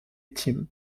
team